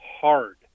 hard